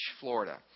florida